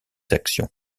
actions